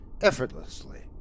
effortlessly